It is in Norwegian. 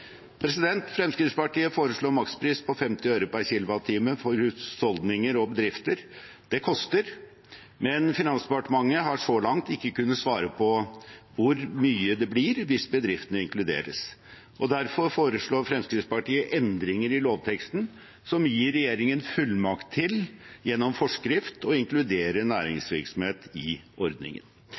Fremskrittspartiet foreslår en makspris på 50 øre per kWh for husholdninger og bedrifter. Det koster, men Finansdepartementet har så langt ikke kunnet svare på hvor mye det blir hvis bedriftene inkluderes. Derfor foreslår Fremskrittspartiet endringer i lovteksten som gir regjeringen fullmakt til gjennom forskrift å inkludere næringsvirksomhet i ordningen.